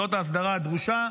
זאת ההסדרה הדרושה.